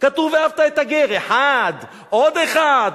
כתוב "ואהבת את הגר" אחד, עוד אחד,